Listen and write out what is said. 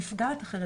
נפגעת אחרת,